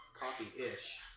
coffee-ish